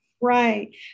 Right